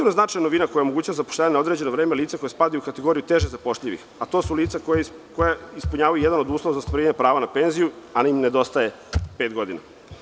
Značajna novina koja omogućava zapošljavanje na određeno vreme lica koja spadaju u kategoriju teže zapošljivih, a to su lica koja ispunjavaju jedan od uslova za sticanje prava na penziju, ali im nedostaje pet godina.